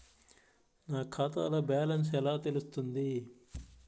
నా ఖాతాలో బ్యాలెన్స్ ఎలా తెలుస్తుంది?